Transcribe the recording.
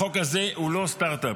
החוק הזה הוא לא סטרטאפ.